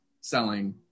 selling